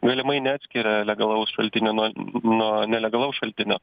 galimai neatskiria legalaus šaltinio nuo nuo nelegalaus šaltinio